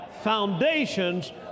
foundations